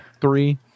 three